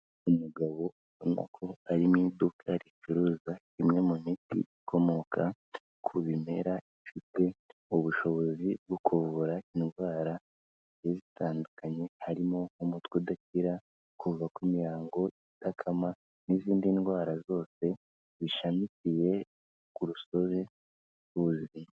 Umugabo ubona ko ari mu iduka ricuruza imwe mu miti ikomoka ku bimera, ifite ubushobozi bwo kuvura indwara zigiye zitandukanye, harimo nk'umutwe udakira, kuva kw'imihango idakama n'izindi ndwara zose zishamikiye ku rusobe rw'ubuzima.